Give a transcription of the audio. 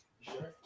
sure